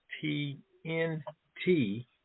T-N-T